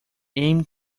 aimed